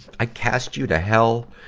i cast you to hell